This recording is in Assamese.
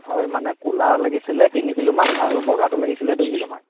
হয় মানে ক'লা লাগিছিলে তিনি কিলোমান আৰু বগাটো লাগিছিলে দুই কিলোমান